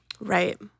Right